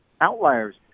outliers